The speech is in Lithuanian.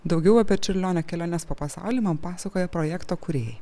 daugiau apie čiurlionio keliones po pasaulį man pasakojo projekto kūrėjai